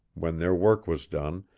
when their work was done,